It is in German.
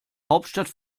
hauptstadt